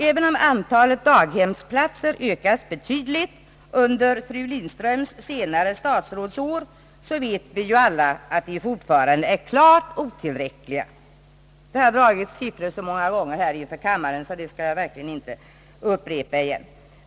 även om antalet daghemsplatser ökats betydligt under fru Lindströms senare statsrådsår, vet vi ju alla att de fortfarande är klart otillräckliga. Det har dragits siffror härom så många gånger inför kammaren, så dem skall jag verkligen inte upprepa.